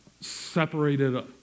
separated